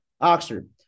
Oxford